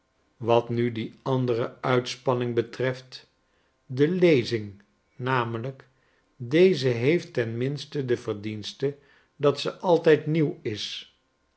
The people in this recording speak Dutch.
wat nu die andere uitspanning betreft de lezing namelijk deze heeft ten minste de verdienste dat ze altijd nieuw is